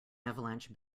avalanche